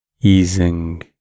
easing